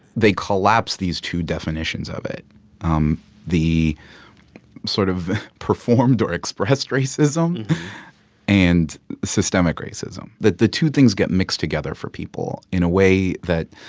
they collapse these two definitions of it um the sort of performed or expressed racism and systemic racism that the two things get mixed together for people in a way that,